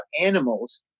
animals